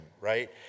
right